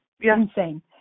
insane